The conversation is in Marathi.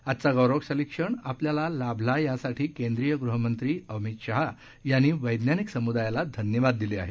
आजचा गौरवशाली क्षण आपल्याला लाभला यासाठी केंद्रीय गृहमंत्री अमित शाह यांनी वझनिक समुदायाला धन्यवाद दिले आहेत